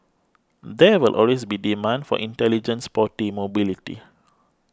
there will always be demand for intelligent sporty mobility